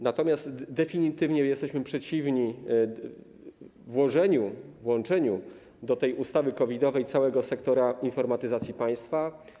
Natomiast definitywnie jesteśmy przeciwni włączeniu do ustawy COVID-owej całego sektora informatyzacji państwa.